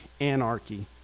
anarchy